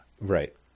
Right